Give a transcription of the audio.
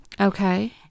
Okay